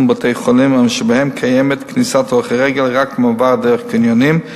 בתי-חולים אשר בהם קיימת כניסת הולכי רגל רק במעבר דרך קניונים,